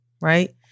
right